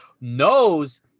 knows